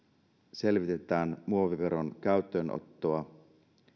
selvitetään muoviveron käyttöönottoa